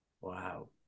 Wow